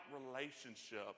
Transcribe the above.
relationship